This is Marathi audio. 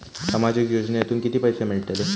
सामाजिक योजनेतून किती पैसे मिळतले?